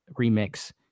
remix